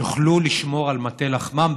יוכלו לשמור על מטה לחמם,